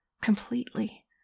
completely